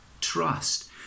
trust